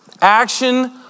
action